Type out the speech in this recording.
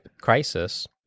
crisis